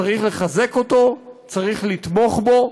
צריך לחזק אותו, צריך לתמוך בו,